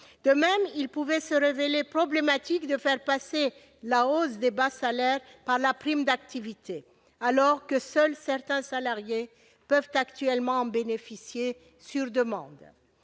De même, il pouvait se révéler problématique de faire passer la hausse des bas salaires par la prime d'activité, alors que seuls certains salariés peuvent actuellement en bénéficier, et ce sur demande.